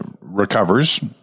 recovers